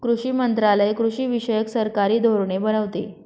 कृषी मंत्रालय कृषीविषयक सरकारी धोरणे बनवते